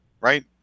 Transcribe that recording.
right